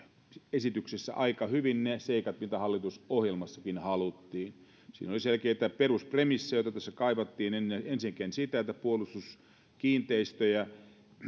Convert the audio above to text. aika hyvin ne seikat mitä hallitusohjelmassakin haluttiin siinä oli selkeitä peruspremissioita tässä kaivattiin ensinnäkin sitä että puolustuskiinteistöjä